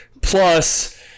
plus